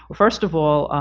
first of all,